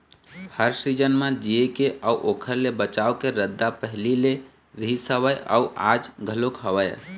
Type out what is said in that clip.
हर season म जीए के अउ ओखर ले बचाव के रद्दा पहिली ले रिहिस हवय अउ आज घलोक हवय